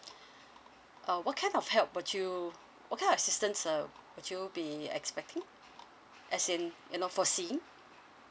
uh what kind of help would you what kind of assistance would you be expecting as in you know foreseeing